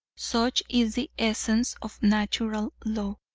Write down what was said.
such is the essence of natural law.